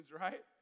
right